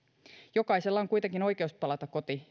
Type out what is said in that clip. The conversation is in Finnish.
jokaisella on kuitenkin oikeus palata koti